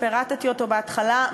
שפירטתי אותו בהתחלה,